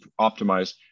optimize